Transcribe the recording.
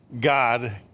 God